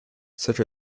such